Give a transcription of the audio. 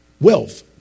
wealth